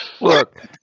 Look